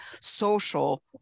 social